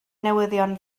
newyddion